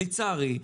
לצערי,